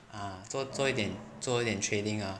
ah 做做一点做一点 trading ah